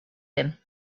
him